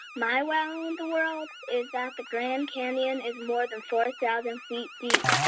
my wow in the world is that the grand canyon is more than four thousand feet deep.